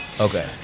Okay